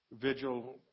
vigil